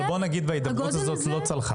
אבל אם ההידברות לא צלחה,